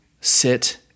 sit